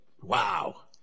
wow